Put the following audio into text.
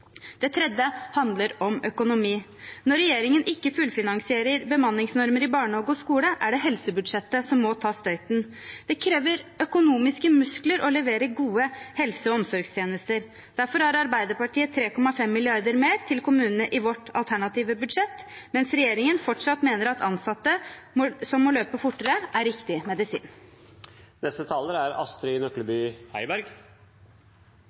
Det tredje handler om økonomi. Når regjeringen ikke fullfinansierer bemanningsnormer i barnehage og skole, er det helsebudsjettet som må ta støyten. Det krever økonomiske muskler å levere gode helse- og omsorgstjenester. Derfor har vi i Arbeiderpartiet 3,5 mrd. kr mer til kommunene i vårt alternative budsjett, mens regjeringen fortsatt mener at ansatte som må løpe fortere, er riktig medisin.